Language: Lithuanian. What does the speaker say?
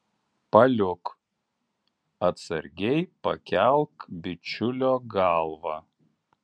paliuk atsargiai pakelk bičiulio galvą